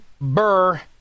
Burr